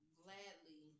gladly